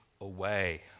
away